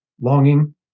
longing